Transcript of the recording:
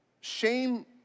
Shame